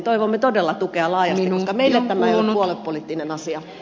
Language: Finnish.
toivomme todella tukea laajasti koska meille tämä ei ole puoluepoliittinen asia